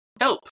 Help